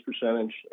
percentage